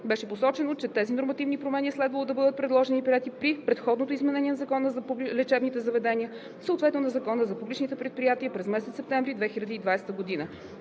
Беше посочено, че тези нормативни промени е следвало да бъдат предложени и приети при предходното изменение на Закона за лечебните заведения, съответно на Закона за публичните предприятия през месец септември 2020 г.